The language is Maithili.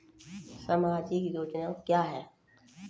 समाजिक योजना क्या हैं?